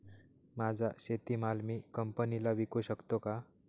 माझा शेतीमाल मी कंपनीला विकू शकतो का?